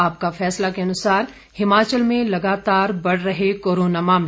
आपका फैसला के अनुसार हिमाचल में लगातार बढ़ रहे कोरोना मामले